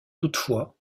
toutefois